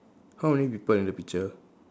how many people in the picture